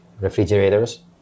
refrigerators